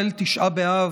ליל תשעה באב,